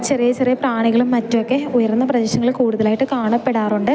ചെറിയ ചെറിയ പ്രാണികളും മറ്റുവൊക്കെ ഉയർന്ന പ്രദേശങ്ങളിൽ കൂടുതലായിട്ട് കാണപ്പെടാറുണ്ട്